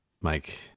Mike